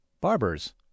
Barbers